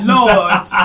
Lord